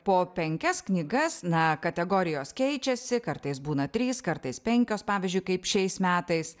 po penkias knygas na kategorijos keičiasi kartais būna trys kartais penkios pavyzdžiui kaip šiais metais